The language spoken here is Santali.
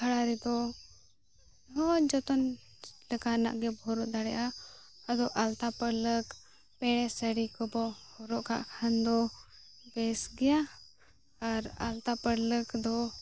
ᱟᱠᱷᱲᱟ ᱨᱮᱫᱚ ᱦᱮᱸ ᱡᱚᱛᱚᱱ ᱞᱮᱠᱟᱱᱟᱜ ᱜᱮᱵᱚ ᱦᱚᱨᱚᱜ ᱫᱟᱲᱮᱭᱟᱜᱼᱟ ᱟᱫᱚ ᱟᱞᱛᱟ ᱯᱟᱹᱲᱞᱟᱹᱠ ᱯᱮᱬᱮ ᱥᱟᱹᱲᱤᱠᱚᱵᱚ ᱦᱚᱨᱚᱜᱠᱟᱜ ᱠᱷᱟᱱ ᱫᱚ ᱵᱮᱥ ᱜᱮᱭᱟ ᱟᱨ ᱟᱞᱛᱟ ᱯᱟᱹᱲᱞᱟᱹᱠᱫᱚ